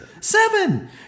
Seven